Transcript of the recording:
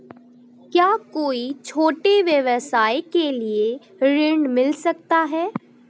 क्या कोई छोटे व्यवसाय के लिए ऋण मिल सकता है?